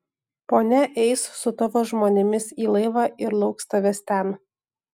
ponia eis su tavo žmonėmis į laivą ir lauks tavęs ten